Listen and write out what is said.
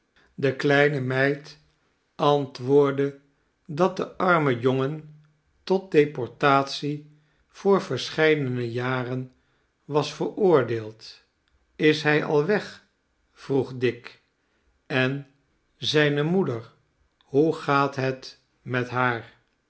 de kleine meid antwoordde dat de arme jongen tot deportatie voor verscheidene jaren was veroordeeld is hij al weg vroeg dick en zijne moeder hoe gaat het met haar